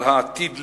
על העתיד לקרות,